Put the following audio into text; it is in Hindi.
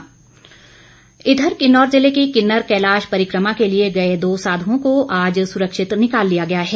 बचाव दल उघर किन्नौर जिले की किन्नर कैलाश परिक्रमा के लिए गए दो साघुओं को आज सुरक्षित निकाल लिया गया है